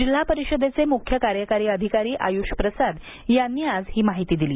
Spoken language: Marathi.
जिल्हा परिषदेचे मुख्य कार्यकारी अधिकारी आयुष प्रसाद यांनी आज ही माहिती दिली